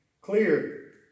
clear